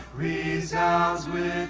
resounds